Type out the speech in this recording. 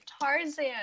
Tarzan